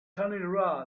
tony